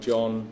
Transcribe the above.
John